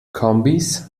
kombis